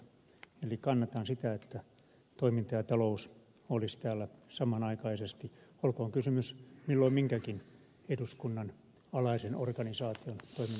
eli kannatan sitä että toiminta ja talous olisivat täällä samanaikaisesti olkoon kysymys milloin minkäkin eduskunnan alaisen organisaation toimin nasta